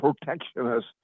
protectionist